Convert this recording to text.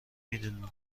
میدونین